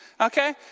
okay